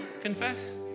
confess